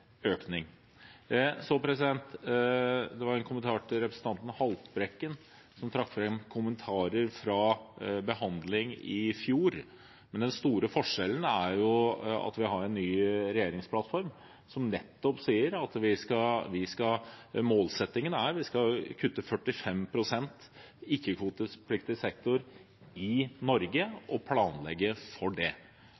økning. Så en kommentar til representanten Haltbrekken, som trakk fram kommentarer fra behandlingen i fjor: Den store forskjellen er jo at vi har en ny regjeringsplattform, som nettopp sier at målsettingen er at vi skal kutte 45 pst. i ikke-kvotepliktig sektor i Norge